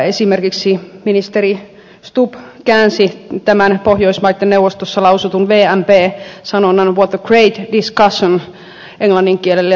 esimerkiksi ministeri stubb käänsi tämän pohjoismaiden neuvostossa lausutun vmp sanonnan what a great discussion englannin kielelle twitterissä